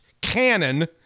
Canon